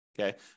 okay